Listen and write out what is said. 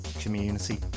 community